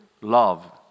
love